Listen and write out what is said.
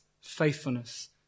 faithfulness